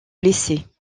blessés